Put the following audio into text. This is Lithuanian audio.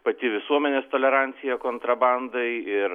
pati visuomenės tolerancija kontrabandai ir